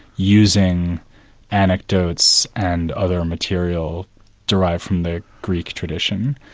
using anecdotes and other material derived from the greek tradition.